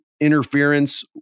interference